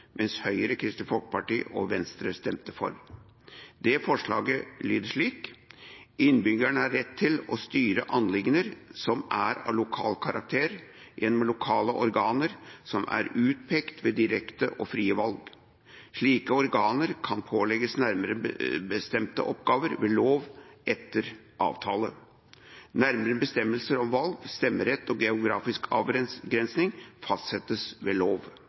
mens Høyre, Kristelig Folkeparti og Venstre stemte for. Forslaget lyder slik: «Innbyggerne har rett til å styre anliggender som er av lokal karakter, gjennom lokale organer som er utpekt ved direkte og frie valg. Slike organer kan pålegges bestemte oppgaver ved lov eller avtale. Nærmere bestemmelser om valg, stemmerett og geografisk avgrensning fastsettes ved lov.»